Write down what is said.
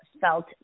felt